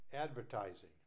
Advertising